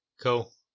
Cool